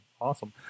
Awesome